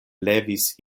levis